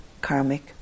karmic